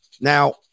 now